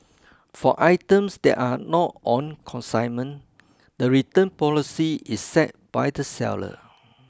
for items that are not on consignment the return policy is set by the seller